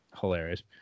Hilarious